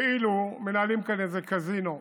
כאילו מנהלים כאן איזה קזינו,